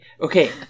okay